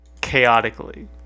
chaotically